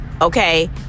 okay